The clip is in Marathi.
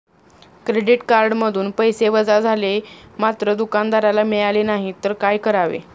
क्रेडिट कार्डमधून पैसे वजा झाले मात्र दुकानदाराला मिळाले नाहीत तर काय करावे?